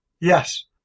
Yes